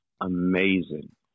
Amazing